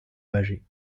bâgé